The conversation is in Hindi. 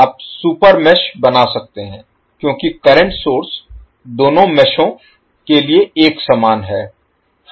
आप सुपर मेष बना सकते हैं क्योंकि करंट सोर्स दोनों मेषों के लिए एक समान है